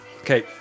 Okay